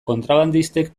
kontrabandistek